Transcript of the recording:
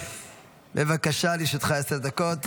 בבקשה, לרשותך עשר דקות.